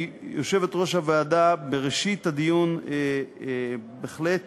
כי יושבת-ראש הוועדה בראשית הדיון בהחלט